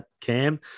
cam